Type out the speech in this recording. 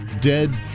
dead